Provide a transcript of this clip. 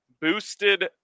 boosted